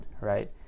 right